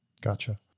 Gotcha